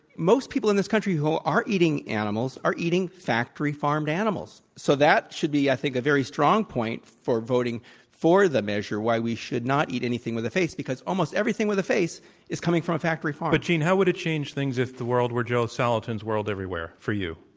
most people in this country who are eating animals are eating factory-farmed animals. so that should be, i think, a very strong point for voting for the measure why we should not eat anything with a face because almost everything with a face is coming from a factory farm. but, gene, how would it change things if the world were joel salatin's world everywhere, for you?